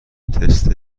تست